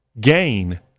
gain